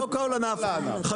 אם